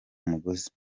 umugozi